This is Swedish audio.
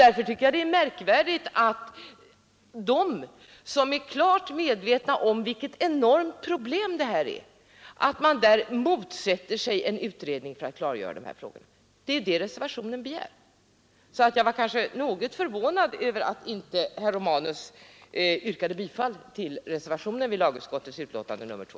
Därför tycker jag det är märkvärdigt att de som är klart medvetna om vilket enormt problem vi här rör oss med motsätter sig utredning för att klara upp frågorna. Därför var jag något förvånad över att herr Romanus inte yrkade bifall till reservationen vid lagutskottets betänkande nr 2.